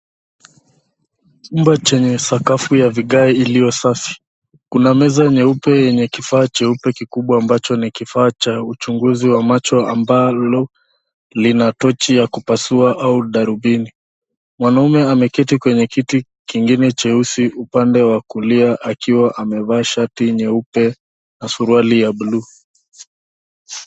Chumba chenye sakafu ya vigae iliyo safi. Kuna meza nyeupe yenye kifaa cheupe kikubwa ambacho ni kifaa cha uchunguzi wa macho ambalo lina tochi ya kupasua au darubini. Mwanaume ameketi kwenye kiti kingine cheusi upande wa kulia akiwa amevaa shati nyeupe na surauli ya bluu.